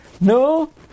No